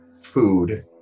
food